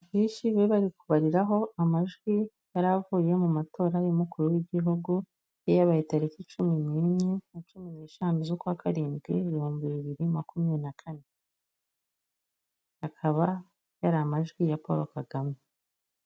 Ifishi bari bari kubaho amajwi yari avuye mu matora y'umukuru w'igihugu yari yabaye tariki cumi n'imwe na cumi n'eshanu z'ukwakarindwi bibiri makumyabiri na kane, akaba yari amajwi ya Paul Kagame.